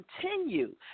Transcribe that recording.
continue